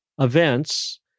Events